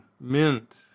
Mint